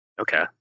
Okay